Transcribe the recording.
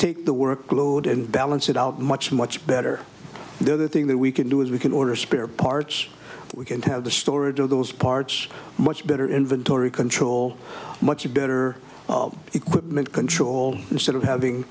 take the workload and balance it out much much better the other thing that we can do is we can order spare parts we can have the storage of those parts much better inventory control much better equipment control instead of having